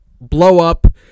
blow-up